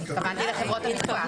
התכוונתי לחברות הביטוח.